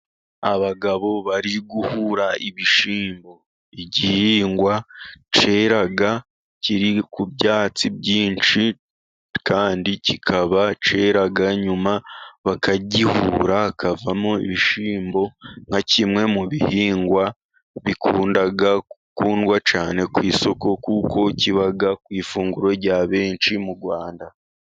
Abagabo bari guhura ibishyimbo, igihingwa cyera kiri ku byatsi byinshi, kandi kikaba cyera, nyuma bakagihura, hakavamo ibishyimbo nka kimwe mu bihingwa bikunda gukundwa cyane ku isoko kuko kiba ku ifunguro rya benshi mu Rwanda.